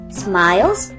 smiles